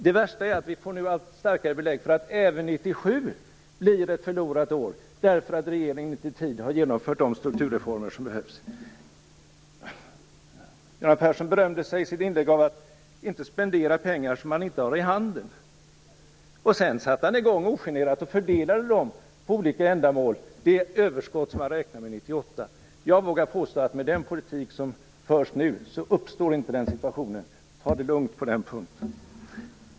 Det värsta är att vi nu får allt starkare belägg för att även 1997 blir ett förlorat år därför att regeringen inte i tid har genomfört de strukturreformer som behövs. Göran Persson berömde sig i sitt inlägg av att inte spendera pengar som han inte har i handen. Sedan satte han ogenerat i gång att på olika ändamål fördela det överskott som han räknade med 1998. Jag vågar påstå att med den politik som förs nu uppstår inte den situationen. Ta det lugnt på den punkten!